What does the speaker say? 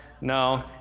no